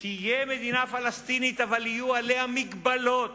תהיה מדינה פלסטינית, אבל יהיו עליה מגבלות